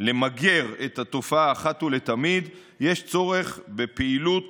למגר את התופעה אחת ולתמיד יש צורך בפעילות